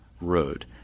road